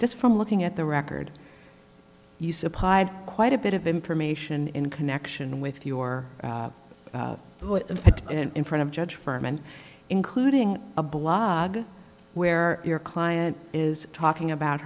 just from looking at the record you supplied quite a bit of information in connection with your put in front of judge firman including a blog where your client is talking about